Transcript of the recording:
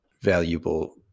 valuable